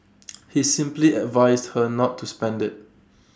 he simply advised her not to spend IT